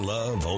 Love